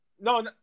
no